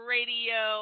Radio